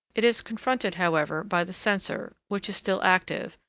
it is confronted, however, by the censor, which is still active,